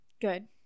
Good